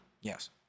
Yes